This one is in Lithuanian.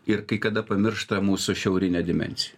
ir kai kada pamiršta mūsų šiaurinę dimensiją